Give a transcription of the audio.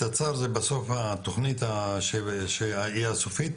תצ"ר זה בסוף התוכנית שהיא הסופית,